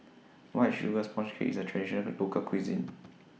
White Sugar Sponge Cake IS A Traditional Local Cuisine